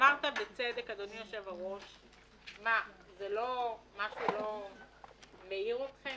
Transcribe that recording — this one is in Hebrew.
שאלת בצדק אדוני היושב ראש אם זה לא משהו שמעיר אתכם?